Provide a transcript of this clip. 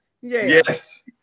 Yes